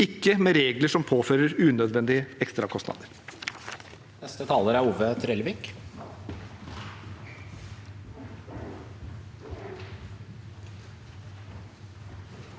ikke med regler som påfører unødvendige ekstrakostnader.